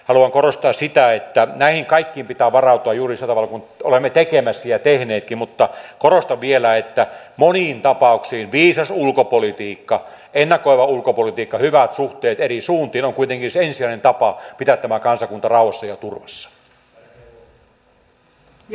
haluan korostaa sitä että näihin kaikkiin pitää varautua juuri sillä tavalla kuin olemme tekemässä ja tehneetkin mutta korostan vielä että moniin tapauksiin viisas ulkopolitiikka ennakoiva ulkopolitiikka hyvät suhteet eri suuntiin ovat kuitenkin se ensisijainen tapa pitää tämä kansakunta rauhassa ja turvassa